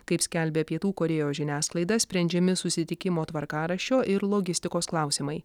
kaip skelbia pietų korėjos žiniasklaida sprendžiami susitikimo tvarkaraščio ir logistikos klausimai